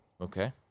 Okay